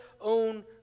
own